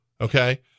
okay